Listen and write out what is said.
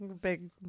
big